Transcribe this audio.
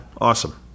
awesome